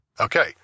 Okay